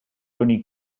only